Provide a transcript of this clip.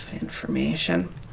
information